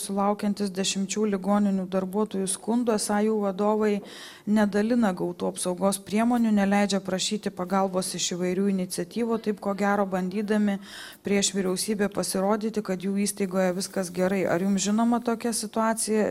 sulaukiantis dešimčių ligoninių darbuotojų skundų esą jų vadovai nedalina gautų apsaugos priemonių neleidžia prašyti pagalbos iš įvairių iniciatyvų taip ko gero bandydami prieš vyriausybę pasirodyti kad jų įstaigoje viskas gerai ar jums žinoma tokia situacija